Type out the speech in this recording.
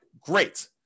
great